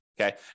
Okay